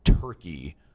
turkey